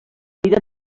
vida